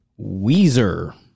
Weezer